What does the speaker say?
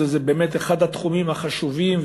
זה באמת אחד התחומים החשובים,